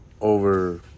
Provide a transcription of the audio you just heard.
over